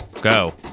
go